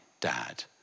dad